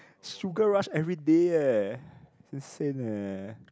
sugar rush everyday eh insane eh